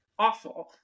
awful